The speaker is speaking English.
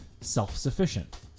self-sufficient